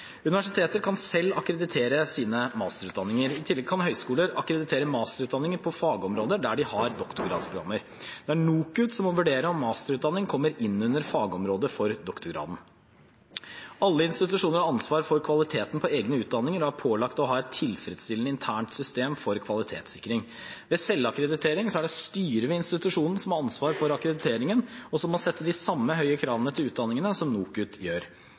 Universiteter kan selv akkreditere sine masterutdanninger. I tillegg kan høyskoler akkreditere masterutdanninger på fagområder der de har doktorgradsprogrammer. Det er NOKUT som må vurdere om masterutdanning kommer inn under fagområdet for doktorgraden. Alle institusjoner har ansvar for kvaliteten på egne utdanninger og er pålagt å ha et tilfredsstillende internt system for kvalitetssikring. Ved selvakkreditering er det styret ved institusjonen som har ansvar for akkrediteringen, og som må stille de samme høye kravene til utdanningene som NOKUT gjør.